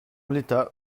l’état